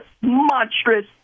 monstrous